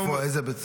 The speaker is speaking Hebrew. באיזה בית ספר?